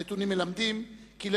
הנתונים מלמדים כי יותר